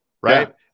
right